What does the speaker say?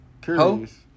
curious